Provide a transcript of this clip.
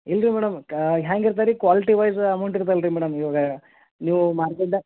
ಇಲ್ರಿ ಮೇಡಮ್ ಹ್ಯಾಂಗೆ ಇರ್ತೆರಿ ಕ್ವಾಲ್ಟಿವೈಸ್ ಅಮೌಂಟ್ ಇರ್ತಲ್ಲ ರಿ ಮೇಡಮ್ ಇವಾಗ ನೀವು ಮಾರ್ಕೆಟ್ದು